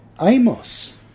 Amos